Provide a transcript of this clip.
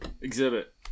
Exhibit